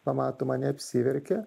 pamato mane apsiverkia